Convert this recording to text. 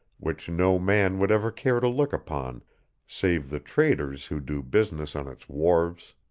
which no man would ever care to look upon save the traders who do business on its wharves.